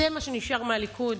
זה מה שנשאר מהליכוד?